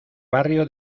barrio